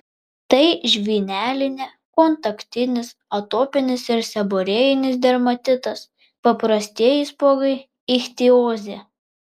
tai žvynelinė kontaktinis atopinis ir seborėjinis dermatitas paprastieji spuogai ichtiozė